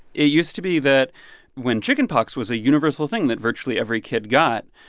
it used to be that when chickenpox was a universal thing that virtually every kid got,